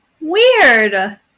Weird